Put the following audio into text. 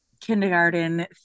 kindergarten